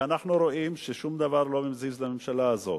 ואנחנו רואים ששום דבר לא מזיז לממשלה הזאת.